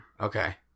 Okay